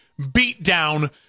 beatdown